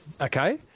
okay